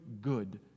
good